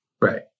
Right